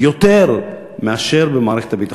יותר מאשר במערכת הביטחון.